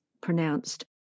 pronounced